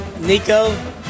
Nico